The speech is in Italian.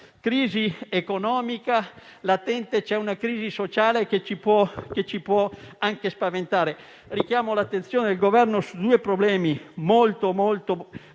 crisi economica latente, ce n'è una sociale che ci può spaventare. Richiamo l'attenzione del Governo su due problemi molto gravi